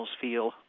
feel